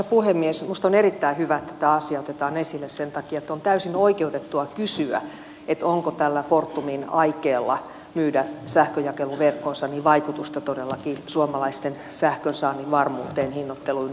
minusta on erittäin hyvä että tämä asia otetaan esille sen takia että on täysin oikeutettua kysyä onko tällä fortumin aikeella myydä sähkönjakeluverkkonsa vaikutusta todellakin suomalaisten sähkönsaannin varmuuteen hinnoitteluun ynnä muuta